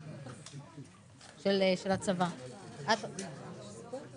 שלא מתמיכות